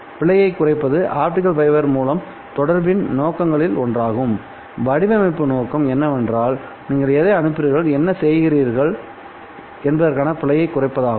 பிழையைக் குறைப்பது optical fibre தொடர்பு அமைப்பின் நோக்கங்களில் ஒன்றாகும் வடிவமைப்பு நோக்கம் என்னவென்றால் நீங்கள் எதை அனுப்புகிறீர்கள் என்ன செய்கிறீர்கள் என்பதற்கான பிழையைக் குறைப்பதாகும்